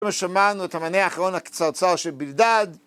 שמענו את המענה האחרון הקצרצר של בלדד.